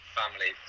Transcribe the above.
family